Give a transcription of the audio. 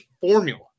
formula